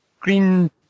Green